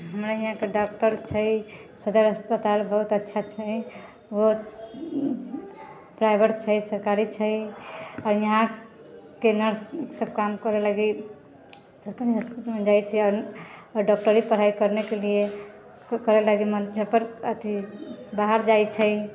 हमरा हियाँके डॉक्टर छै सदर हस्पताल बहुत अच्छा छै प्राइवेट छै सरकारी छै आओर यहाँके नर्ससब काम करऽ लगली सरकारी हॉस्पिटलमे जाइ छै डॉक्टरी पढ़ाइ करनेके लिए करै लागी मुजफ अथी बाहर जाइ छै